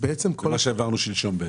מה שהעברנו שלשום.